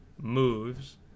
moves